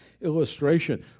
illustration